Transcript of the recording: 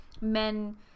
men